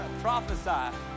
Prophesy